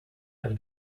have